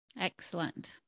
Excellent